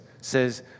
says